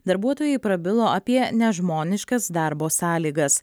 darbuotojai prabilo apie nežmoniškas darbo sąlygas